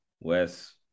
Wes